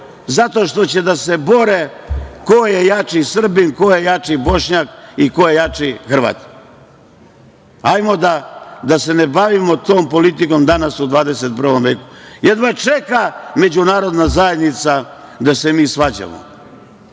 zato što će da se bore ko je jači Srbin, ko je jači Bošnjak i ko je jači Hrvat. Hajmo da se ne bavimo tom politikom danas u 21. veku. Jedva čeka međunarodna zajednica da se mi svađamo.